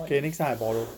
okay next time I borrow